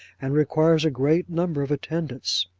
and requires a great number of attendants.